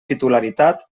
titularitat